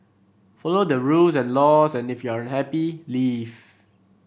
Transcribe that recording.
follow the rules and laws and if you're unhappy leave